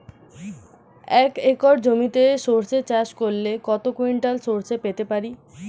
এক একর জমিতে সর্ষে চাষ করলে কত কুইন্টাল সরষে পেতে পারি?